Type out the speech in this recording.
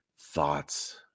thoughts